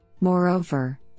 Moreover